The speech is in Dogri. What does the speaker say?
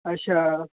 अच्छा